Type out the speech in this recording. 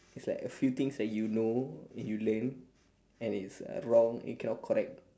it's like a few thing that you know and you learn and it's uh wrong you cannot correct